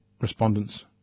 respondents